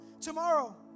tomorrow